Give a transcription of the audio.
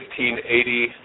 1580